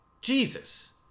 Jesus